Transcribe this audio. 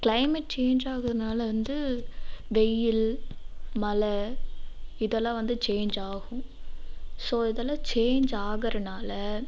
climate change ஆகிறதுனால வந்து வெயில் மழை இதெல்லாம் வந்து சேஞ்ச் ஆகும் ஸோ இதெல்லாம் சேஞ்ச் ஆகிறனால